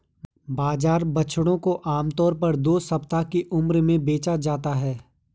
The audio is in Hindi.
बाजार बछड़ों को आम तौर पर दो सप्ताह की उम्र में बेचा जाता है